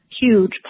huge